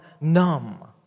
numb